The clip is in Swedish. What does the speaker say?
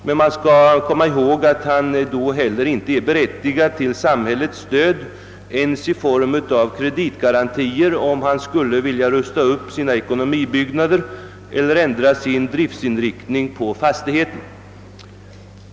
Men man skall komma ihåg att han då heller inte är berättigad till samhällets stöd ens i form av kreditgarantier, om han skulle vilja rusta upp sina ekonomibyggnader eller ändra sin driftinriktning på fastigheten.